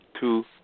two